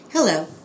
Hello